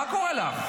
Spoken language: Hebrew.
מה קורה לך?